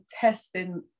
testing